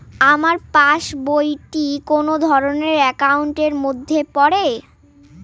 আমার পাশ বই টি কোন ধরণের একাউন্ট এর মধ্যে পড়ে?